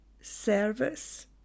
service